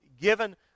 given